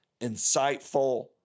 insightful